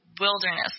wilderness